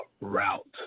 route